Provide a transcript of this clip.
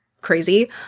crazy